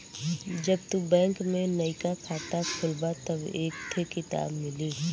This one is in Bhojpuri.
जब तू बैंक में नइका खाता खोलबा तब एक थे किताब मिली